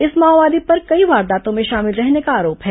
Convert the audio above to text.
इस माओवादी पर कई वारदातों में शामिल रहने का आरोप है